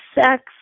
sex